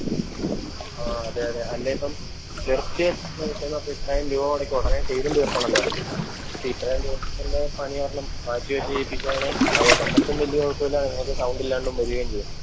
ആ അതെ അതെ അല്ലേൽ ഇപ്പം നിർത്തി വച്ചേക്കുന്ന ഇത്രായിരം രൂപ മുടക്കി ഉടനെ ചെയ്തും തീർക്കണമല്ലോ ഇപ്പം ഇത്രയും ദിവസത്തിൻറ്റെ പണി കാരണം മാറ്റി വെച്ച് ചെയ്യിപ്പിക്കുവാണേൽ അത് നമുക്കും വലിയ കുഴപ്പം ഇല്ലാതെ നിങ്ങൾക്ക് സൗണ്ട് ഇല്ലാണ്ടും വരികയും ചെയ്യും